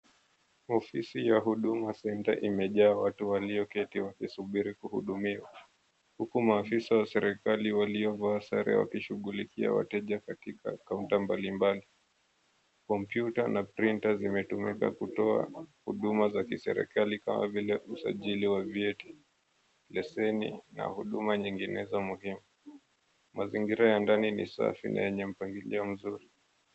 Ofisi ya Huduma Center imejaa watu walioketi wakisubiri kuhudumiwa. Huku maafisa wa serikali waliovaa sare wakishughulikia wateja katika kaunta mbalimbali. Kompyuta na printa zimetumika kutoa huduma za kiserikali kama vile; usajili wa vyeti, leseni, na huduma nyinginezo muhimu. Mazingira ya ndani ni safi na yenye mpangilio mzuri.